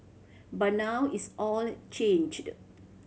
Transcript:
but now it's all changed